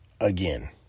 again